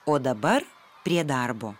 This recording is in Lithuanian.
o dabar prie darbo